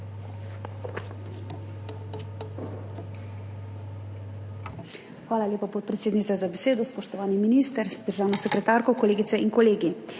Hvala lepa, podpredsednica, za besedo. Spoštovani minister z državno sekretarko, kolegice in kolegi!